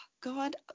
god